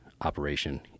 Operation